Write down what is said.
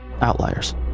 outliers